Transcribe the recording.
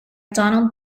donald